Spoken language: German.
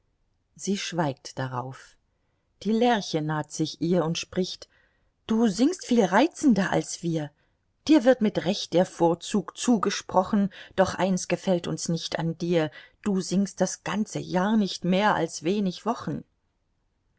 sie schweigt darauf die lerche naht sich ihr und spricht du singst viel reizender als wir dir wird mit recht der vorzug zugesprochen doch eins gefällt uns nicht an dir du singst das ganze jahr nicht mehr als wenig wochen